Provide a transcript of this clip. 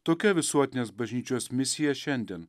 tokia visuotinės bažnyčios misija šiandien